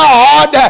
God